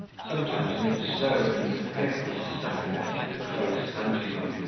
sometimes, near the stove, in the fearful stuffiness of the close ante-room,